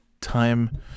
Time